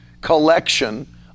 collection